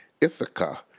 Ithaca